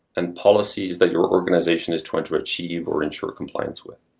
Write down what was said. and policies that your organization is trying to achieve or ensure compliance with.